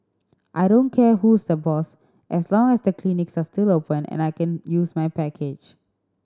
I don't care who's the boss as long as the clinics are still open and I can use my package